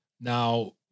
Now